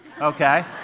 okay